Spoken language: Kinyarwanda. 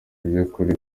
iby’ukuri